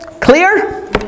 Clear